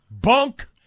bunk